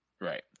Right